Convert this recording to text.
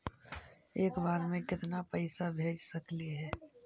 एक बार मे केतना पैसा भेज सकली हे?